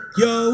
yo